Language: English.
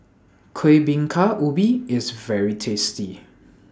Kueh Bingka Ubi IS very tasty